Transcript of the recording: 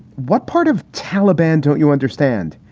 what part of taliban don't you understand?